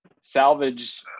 salvage